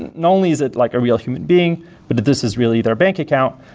not only is it like a real human being, but this is really their bank account.